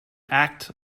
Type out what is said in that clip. act